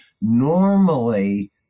normally